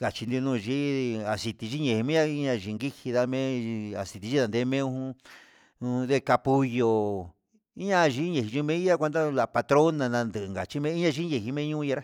ngachino nayidi aciti yii andi inka nguichi kindame aciti andeme jun de capullo iha yin ayimi iha nguado la patrona andunka yii meya yí injemenio nenrá.